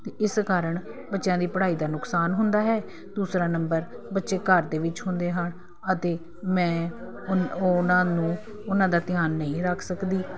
ਤੇ ਇਸ ਕਾਰਨ ਬੱਚਿਆਂ ਦੀ ਪੜ੍ਹਾਈ ਦਾ ਨੁਕਸਾਨ ਹੁੰਦਾ ਹੈ ਦੂਸਰਾ ਨੰਬਰ ਬੱਚੇ ਘਰ ਦੇ ਵਿੱਚ ਹੁੰਦੇ ਹਨ ਅਤੇ ਮੈਂ ਉਹਨਾਂ ਨੂੰ ਉਹਨਾਂ ਦਾ ਧਿਆਨ ਨਹੀਂ ਰੱਖ ਸਕਦੀ